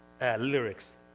lyrics